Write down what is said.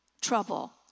trouble